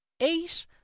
eight